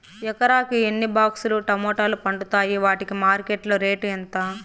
ఎకరాకి ఎన్ని బాక్స్ లు టమోటాలు పండుతాయి వాటికి మార్కెట్లో రేటు ఎంత?